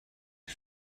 die